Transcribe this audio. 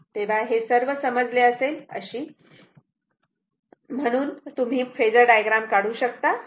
तेव्हा हे सर्व समजले आहे म्हणून तुम्ही फेजर डायग्राम काढू शकतात